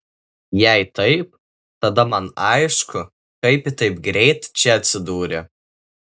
jei taip tada man aišku kaip ji taip greit čia atsidūrė